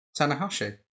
Tanahashi